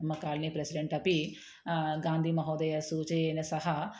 मम कालनि प्रसिडेण्ट् अपि गान्धिमहोदयस्य सूचयेन सः